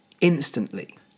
instantly